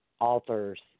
authors